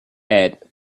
add